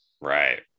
Right